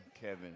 Kevin